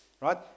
right